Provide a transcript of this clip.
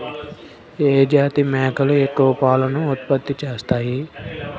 ఏ జాతి మేకలు ఎక్కువ పాలను ఉత్పత్తి చేస్తాయి?